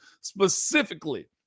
specifically